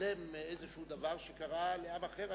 מתעלם מדבר שקרה לעם אחר.